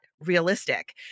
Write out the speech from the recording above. realistic